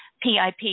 PIP